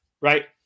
right